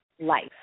life